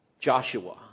Joshua